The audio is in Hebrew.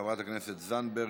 חברי הכנסת זנדברג,